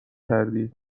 کردی